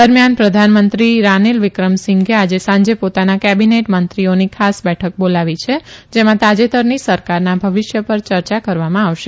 દરમિયાન પ્રધાનમંત્રી રાનિલ વિક્રમસિંઘે આજે સાંજે પોતાના કેબીનેટમંત્રીઓની ખાસ બેઠક બોલાવી છે જેમાં તાજેતરની સરકારના ભવિષ્ય પર ચર્ચા કરવામાં આવશે